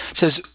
says